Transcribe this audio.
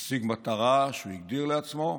משיג מטרה שהגדיר לעצמו: